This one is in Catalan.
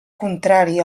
contrari